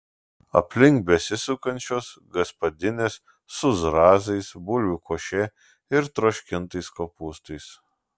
aplink besisukančios gaspadinės su zrazais bulvių koše ir troškintais kopūstais